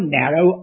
narrow